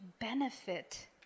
benefit